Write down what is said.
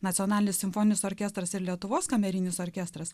nacionalinis simfoninis orkestras ir lietuvos kamerinis orkestras